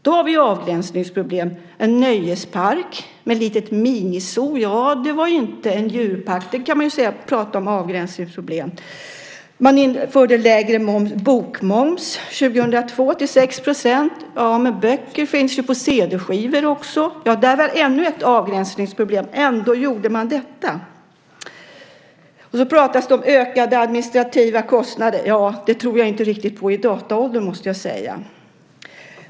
Där har vi ju avgränsningsproblem. En nöjespark med ett litet minizoo var inte en djurpark. Där kan man ju prata om avgränsningsproblem. Man sänkte bokmomsen år 2002 till 6 %. Men böcker finns ju på cd också. Där har vi ännu ett avgränsningsproblem. Ändå gjorde man detta. Det pratas om ökade administrativa kostnader. Det tror jag inte riktigt på i dataåldern, måste jag säga.